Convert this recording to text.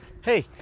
Hey